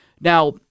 Now